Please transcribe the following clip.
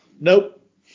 Nope